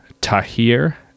Tahir